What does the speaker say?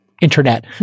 internet